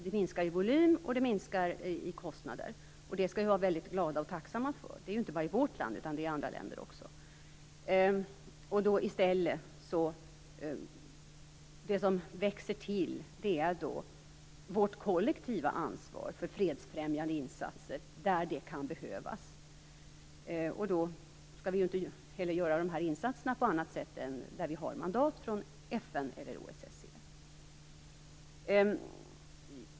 Det minskar i volym och det minskar i kostnader. Det skall vi vara väldigt glada och tacksamma för. Det gäller inte bara i vårt land utan i andra länder också. Det som växer till är vårt kollektiva ansvar för fredsfrämjande insatser där de kan behövas. Vi skall inte heller göra insatserna annat än när vi har mandat från FN eller OSSE.